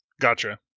Gotcha